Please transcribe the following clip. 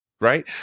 right